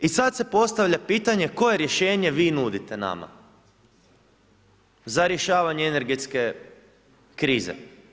I sada se postavlja pitanje koje rješenje vi nudite nama za rješenje energetske krize?